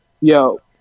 yo